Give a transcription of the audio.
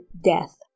death